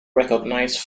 recognised